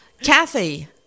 Kathy